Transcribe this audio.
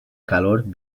calor